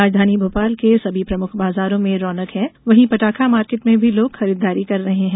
राजधानी भोपाल के सभी प्रमुख बाजारों में रौनक है वहीं पटाखा मार्केट में भी लोग खरीदारी कर रहे हैं